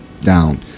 down